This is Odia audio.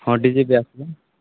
ହଁ ଡି ଜେ ବି ଆସିବ